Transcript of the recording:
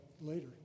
later